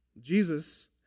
Jesus